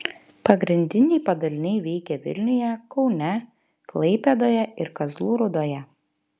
pagrindiniai padaliniai veikia vilniuje kaune klaipėdoje ir kazlų rūdoje